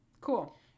Cool